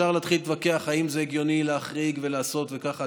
אפשר להתחיל להתווכח אם זה הגיוני להחריג ולעשות וככה.